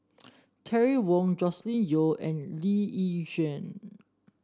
Terry Wong Joscelin Yeo and Lee Yi Shyan